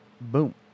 Boom